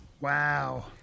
Wow